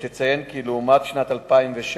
יש לציין כי לעומת שנת 2006,